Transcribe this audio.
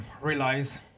realize